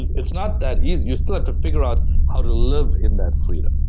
it's not that easy. you still have to figure out how to live in that freedom.